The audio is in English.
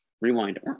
Rewind